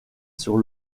sur